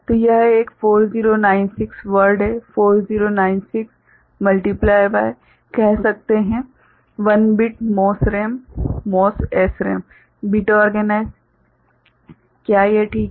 तो यह एक 4096 वर्ड है 4096 गुणित कह सकते हैं 1 bit MOS RAM MOS SRAM bit organised क्या यह ठीक है